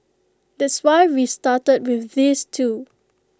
that's why we've started with these two